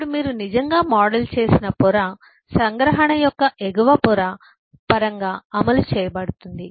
అప్పుడు మీరు నిజంగా మోడల్ చేసిన పొర సంగ్రహణ యొక్క ఎగువ పొర పరంగా అమలు చేయబడుతుంది